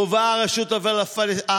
גובה הרשות המוניציפלית,